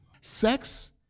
Sex